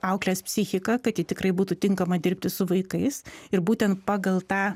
auklės psichiką kad ji tikrai būtų tinkama dirbti su vaikais ir būtent pagal tą